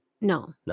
No